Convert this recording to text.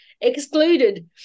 excluded